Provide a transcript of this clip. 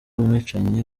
umwicanyi